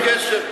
מה הקשר?